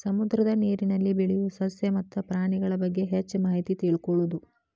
ಸಮುದ್ರದ ನೇರಿನಲ್ಲಿ ಬೆಳಿಯು ಸಸ್ಯ ಮತ್ತ ಪ್ರಾಣಿಗಳಬಗ್ಗೆ ಹೆಚ್ಚ ಮಾಹಿತಿ ತಿಳಕೊಳುದು